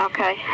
Okay